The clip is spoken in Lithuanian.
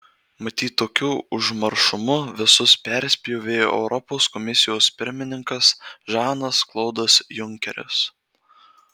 matyt tokiu užmaršumu visus perspjovė europos komisijos pirmininkas žanas klodas junkeris